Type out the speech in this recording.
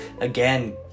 Again